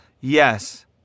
yes